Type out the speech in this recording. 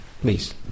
please